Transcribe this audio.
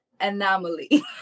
anomaly